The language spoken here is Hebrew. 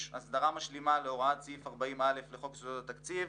הסדרה משלימה להוראת סעיף 40א לחוק יסודות התקציב,